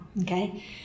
okay